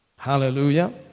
Hallelujah